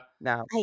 Now